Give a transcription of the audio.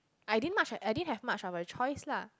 I didn't much I didn't have much of choice lah